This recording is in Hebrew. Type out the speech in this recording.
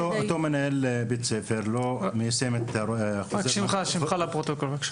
אז אותו מנהל בית ספר --- רק שמך לפרוטוקול בבקשה.